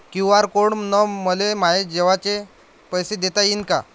QR code न मले माये जेवाचे पैसे देता येईन का?